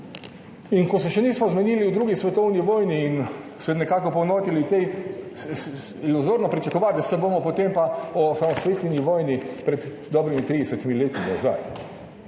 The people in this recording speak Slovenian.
In ko se še nismo zmenili o drugi svetovni vojni in se nekako poenotili o tej, je iluzorno pričakovati, da se bomo potem pa o osamosvojitveni vojni pred dobrimi 30 leti.